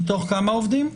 מתוך כמה עובדים?